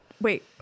wait